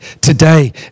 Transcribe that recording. today